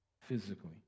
physically